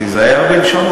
תיזהר בלשונה.